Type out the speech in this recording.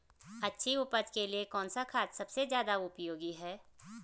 अच्छी उपज के लिए कौन सा खाद सबसे ज़्यादा उपयोगी है?